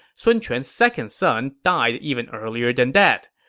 sun quan's second son died even earlier than that.